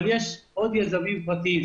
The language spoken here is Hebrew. אבל יש עוד יזמים פרטיים,